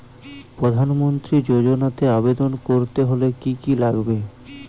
প্রধান মন্ত্রী যোজনাতে আবেদন করতে হলে কি কী লাগবে?